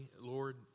Lord